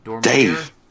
Dave